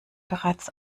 bereits